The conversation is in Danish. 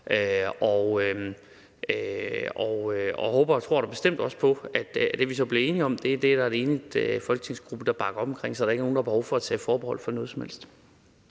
og jeg håber og tror da bestemt også på, at det, vi så bliver enige om, er der en enig folketingsgruppe, der bakker op om, så der ikke er nogen, der har behov for at tage forbehold for noget som helst.